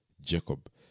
Jacob